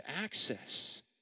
access